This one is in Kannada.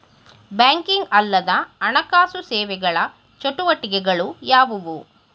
ಬ್ಯಾಂಕಿಂಗ್ ಅಲ್ಲದ ಹಣಕಾಸು ಸೇವೆಗಳ ಚಟುವಟಿಕೆಗಳು ಯಾವುವು?